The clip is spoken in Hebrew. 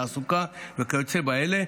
תעסוקה וכיוצא באלה,